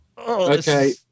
Okay